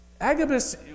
Agabus